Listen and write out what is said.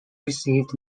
received